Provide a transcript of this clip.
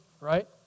right